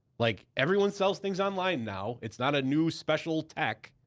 like, everyone sells things online now. it's not a new, special tech.